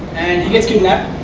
and he gets kidnapped